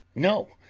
no,